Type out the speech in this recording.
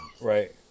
right